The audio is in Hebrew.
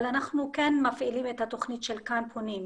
אבל אנחנו כן מפעילים את התוכנית של 'כאן פונים'.